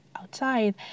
outside